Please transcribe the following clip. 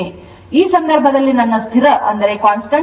ಈ ಸಂದರ್ಭದಲ್ಲಿ ಇದು ನನ್ನ ಸ್ಥಿರ G ರೇಖೆ